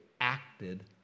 acted